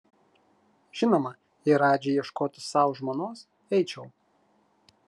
žinoma jei radži ieškotų sau žmonos eičiau